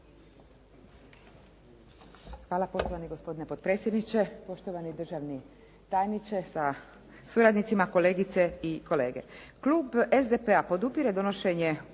Hvala poštovani gospodine potpredsjedniče. Poštovani držani tajniče sa suradnicima, kolegice i kolege